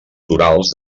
torals